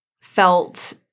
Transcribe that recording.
felt